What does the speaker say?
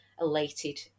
elated